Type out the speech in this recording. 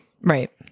Right